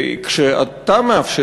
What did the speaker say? וכשאתה מאפשר,